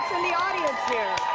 the audience here.